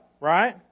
right